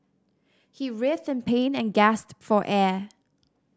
he writhed in pain and gasped for air